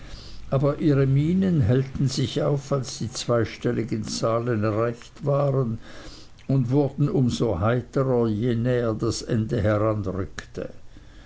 aber ihre mienen hellten sich auf als die zweistelligen zahlen erreicht waren und wurden um so heiterer je näher das ende heranrückte